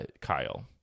Kyle